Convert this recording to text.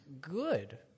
Good